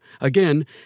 Again